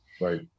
Right